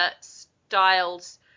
Styles